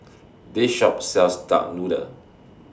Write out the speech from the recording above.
This Shop sells Duck Noodle